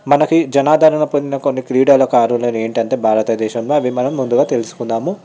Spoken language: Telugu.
మనకి జనాదారణ పొందిన కొన్ని క్రీడాకారులను ఏంటంటే భారతదేశంలో అవి మనం ముందుగా తెలుసుకుందాము